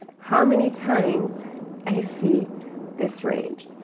how many times i see this range.